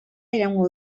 iraungo